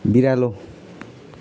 बिरालो